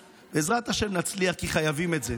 בעזרת השם נצליח, כי חייבים את זה